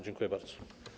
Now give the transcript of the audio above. Dziękuję bardzo.